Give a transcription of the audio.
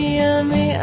yummy